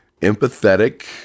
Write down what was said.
empathetic